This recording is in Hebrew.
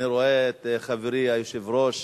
אני רואה את חברי היושב-ראש,